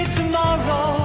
tomorrow